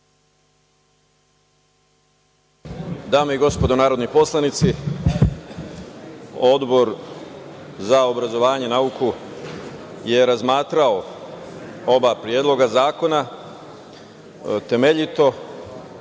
Dame i gospodo narodni poslanici, Odbor za obrazovanje i nauku je razmatrao oba predloga zakona temeljito